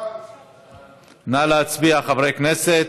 נא להצביע, חברי הכנסת.